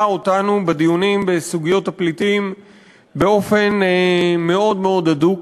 אותנו בדיונים בסוגיות הפליטים באופן מאוד מאוד הדוק.